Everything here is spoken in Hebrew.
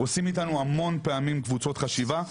עושים איתנו המון פעמים קבוצות חשיבה,